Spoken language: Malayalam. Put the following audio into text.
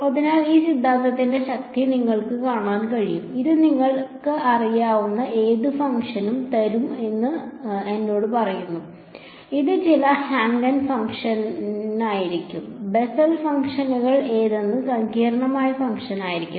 അതിനാൽ ഈ സിദ്ധാന്തത്തിന്റെ ശക്തി നിങ്ങൾക്ക് കാണാൻ കഴിയും അത് നിങ്ങൾക്ക് അറിയാവുന്ന ഏത് ഫംഗ്ഷനും തരൂ എന്ന് എന്നോട് പറയുന്നു അത് ചില ഹാങ്കെൽ ഫംഗ്ഷനായിരിക്കാം ബെസൽ ഫംഗ്ഷൻ ഏതെങ്കിലും സങ്കീർണ്ണമായ ഫംഗ്ഷനായിരിക്കാം